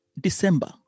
December